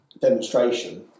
demonstration